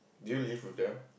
did you live with them